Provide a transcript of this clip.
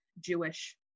Jewish